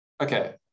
okay